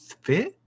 fit